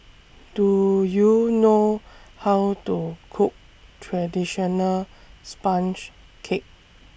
Do YOU know How to Cook Traditional Sponge Cake